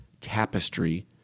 tapestry